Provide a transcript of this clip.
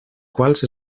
quals